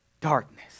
darkness